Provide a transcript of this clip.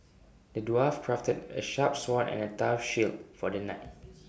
the dwarf crafted A sharp sword and A tough shield for the knight